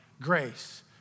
grace